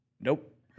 Nope